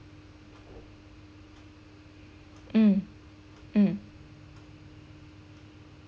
mm mm